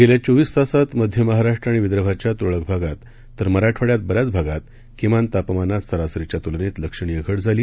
गेल्या चोवीस तासात मध्य महाराष्ट्र आणि विदर्भाच्या तुरळक भागात तर मराठवाङ्यात बऱ्याच भागात किमान तापमानात सरासरीच्या तूलनेत लक्षणीय घट झाली